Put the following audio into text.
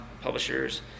publishers